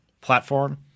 platform